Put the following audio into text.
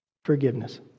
forgiveness